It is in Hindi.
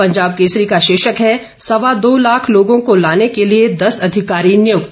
पंजाब केसरी का शीर्षक है सवा दो लाख लोगों को लाने के लिए दस अधिकारी नियुक्त